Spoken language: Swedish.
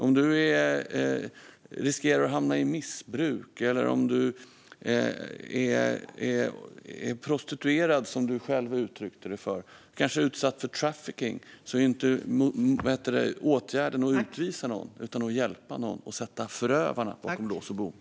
För den som riskerar att hamna i missbruk eller är prostituerad, som Jonas Andersson i Skellefteå själv tog upp, och kanske utsatt för trafficking är åtgärden inte utvisning utan att hjälpa personen - och att sätta förövarna bakom lås och bom.